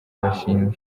bashinjwa